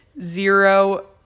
zero